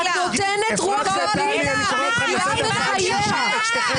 את מסוכנת בזה שאת נותנת לזה עכשיו רוח גבית.